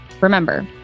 Remember